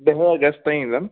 ॾह अगस्त ताईं ईंदुमि